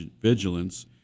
vigilance